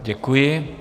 Děkuji.